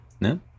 No